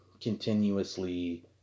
continuously